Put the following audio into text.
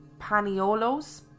Paniolos